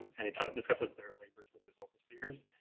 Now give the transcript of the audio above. and he discusses their labors with his overseers.